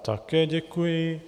Také děkuji.